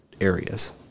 areas